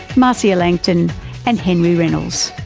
marcia langton and henry reynolds.